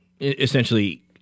essentially